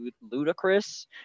ludicrous